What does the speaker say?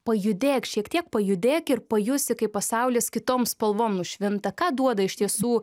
pajudėk šiek tiek pajudėk ir pajusi kaip pasaulis kitom spalvom nušvinta ką duoda iš tiesų